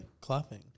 clapping